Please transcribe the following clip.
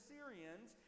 Syrians